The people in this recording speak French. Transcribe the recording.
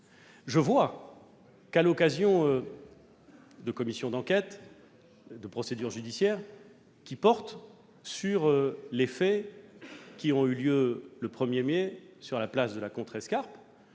Je constate que, à l'occasion de commissions d'enquête et de procédures judiciaires portant sur les faits qui ont eu lieu le 1 mai place de la contrescarpe,